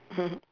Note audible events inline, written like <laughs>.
<laughs>